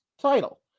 title